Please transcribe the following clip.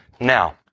Now